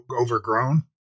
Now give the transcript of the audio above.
overgrown